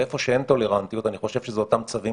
איפה שאין טולרנטיות אני חושב שזה אותם צווים